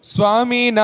Swami